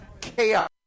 chaos